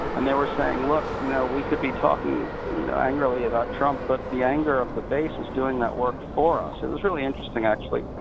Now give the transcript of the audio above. and they were saying, look, you know we could be talking you know angrily about trump, but the anger of the base is doing that work for us. it was really interesting actually.